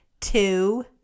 two